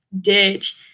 ditch